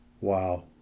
Wow